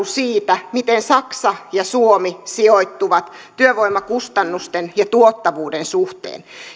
siitä miten saksa ja suomi sijoittuvat työvoimakustannusten ja tuottavuuden suhteen